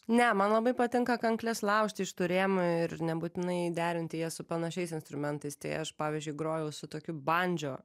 ne man labai patinka kankles laužt iš tų rėmų ir nebūtinai derinti jas su panašiais instrumentais tai aš pavyzdžiui grojau su tokiu bandžio